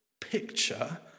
picture